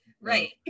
Right